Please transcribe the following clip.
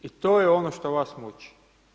I to je ono što vas muči.